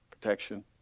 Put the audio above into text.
protection